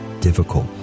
difficult